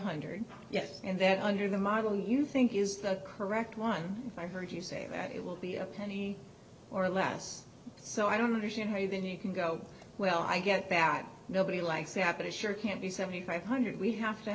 hundred yet and that under the model you think is the correct one i heard you say that it will be a penny or less so i don't understand how you then you can go well i get back nobody likes zappa sure can't be seventy five hundred we have to